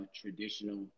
traditional